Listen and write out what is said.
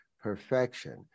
perfection